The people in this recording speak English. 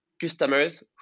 customers